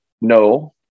no